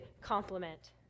complement